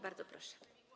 Bardzo proszę.